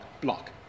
block